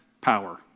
power